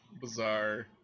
bizarre